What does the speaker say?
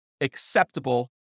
acceptable